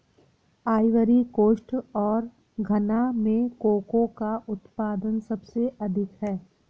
Ivory coast और घना में कोको का उत्पादन सबसे अधिक है